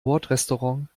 bordrestaurant